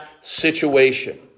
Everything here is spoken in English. situation